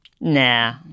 nah